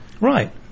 Right